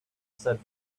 said